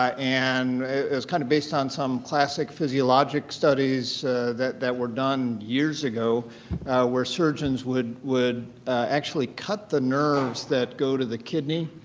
ah and it's kind of based on some classic physiologic studies that that were done years ago where surgeons would would actually cut the nerves that go to the kidney.